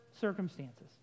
circumstances